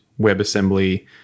WebAssembly